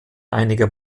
einiger